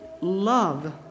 love